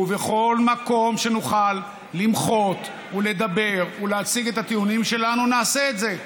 ובכל מקום שנוכל למחות ולדבר ולהציג את הטיעונים שלנו נעשה את זה,